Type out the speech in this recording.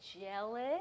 jealous